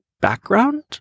background